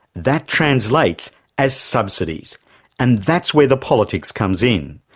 that translates as subsidies and that's where the politics comes in.